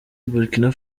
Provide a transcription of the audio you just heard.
burkina